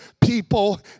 people